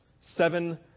Seven